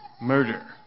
murder